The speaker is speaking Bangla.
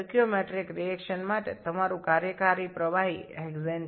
স্টোচিওমেট্রিক বিক্রিয়ার জন্য আপনার কার্যক্ষম তরল হল হেক্সেন